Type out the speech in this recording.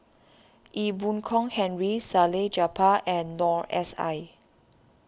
Ee Boon Kong Henry Salleh Japar and Noor S I